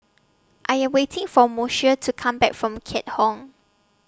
I Am waiting For Moshe to Come Back from Keat Hong